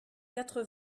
quatre